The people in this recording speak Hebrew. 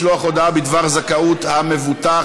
משלוח הודעה בדבר זכאות המבוטח)